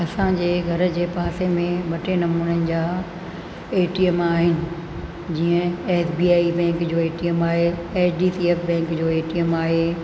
असांजे घर जे पासे में ॿ टे नमूननि जा ए टी एम आहिनि जीअं एस बी आई बैंक जो ए टी एम आहे H D F C bank जो ए टी एम आहे